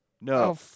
No